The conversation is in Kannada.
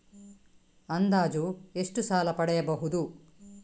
ಅಂದಾಜು ಎಷ್ಟು ಸಾಲ ಪಡೆಯಬಹುದು?